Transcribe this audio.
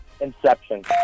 Inception